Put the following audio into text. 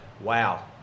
wow